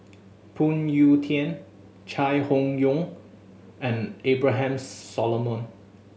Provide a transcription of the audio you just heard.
Phoon Yew Tien Chai Hon Yoong and Abraham Solomon